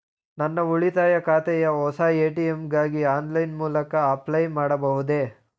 ನನ್ನ ಉಳಿತಾಯ ಖಾತೆಯ ಹೊಸ ಎ.ಟಿ.ಎಂ ಗಾಗಿ ಆನ್ಲೈನ್ ಮೂಲಕ ಅಪ್ಲೈ ಮಾಡಬಹುದೇ?